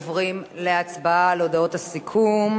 אנחנו עוברים להצבעה על הודעות הסיכום